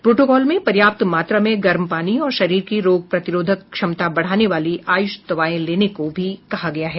protocol में पर्याप्त मात्रा में गर्म पानी और शरीर की रोग प्रतिरोध क्षमता बढ़ाने वाली आयुष दवाएं लेने को भी कहा गया है